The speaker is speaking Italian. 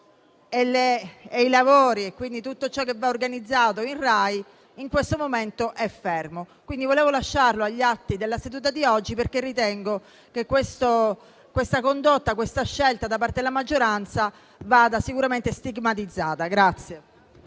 i lavori e tutto ciò che va organizzato in Rai in questo momento è fermo. Volevo lasciarlo agli atti della seduta di oggi, perché ritengo che questa condotta e questa scelta da parte della maggioranza vadano sicuramente stigmatizzate.